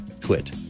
quit